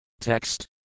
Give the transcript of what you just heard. Text